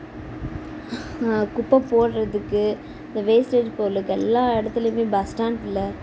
குப்பை போடுறதுக்கு இந்த வேஸ்டேஜ் பொருளுக்கு எல்லா இடத்துலயுமே பஸ் ஸ்டாண்டில்